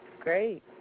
great